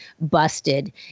busted